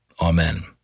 Amen